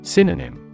Synonym